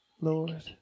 Lord